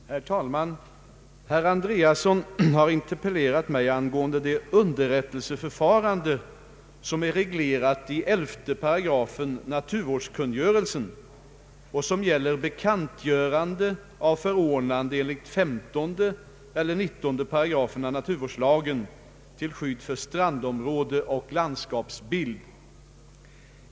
Herr talman! Herr Andreasson har interpellerat mig angående det underrättelseförfarande som är reglerat i 11 § naturvårdskungörelsen och som gäller bekantgörande av förordnande enligt 15 § eller 19 8 naturvårdslagen till skydd för strandområde och landskapsbild.